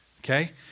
Okay